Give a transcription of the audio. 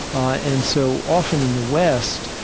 ah and so often in the west,